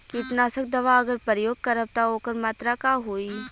कीटनाशक दवा अगर प्रयोग करब त ओकर मात्रा का होई?